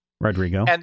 Rodrigo